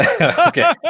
Okay